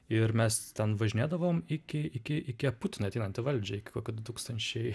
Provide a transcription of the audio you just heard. ir mes ten važinėdavom iki iki iki putinui ateinant valdžią kad du tūkstančiai